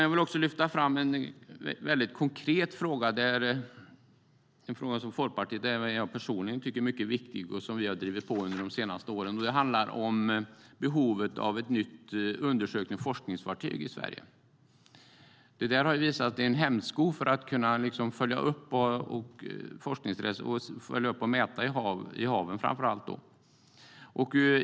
Jag vill också lyfta fram en konkret fråga som Folkpartiet och även jag personligen tycker är mycket viktig och som vi har drivit på under de senaste åren, nämligen behovet av ett nytt undersöknings och forskningsfartyg i Sverige. Behovet av ett nytt fartyg har visat sig vara en hämsko för att följa upp och mäta forskningsresultat i haven.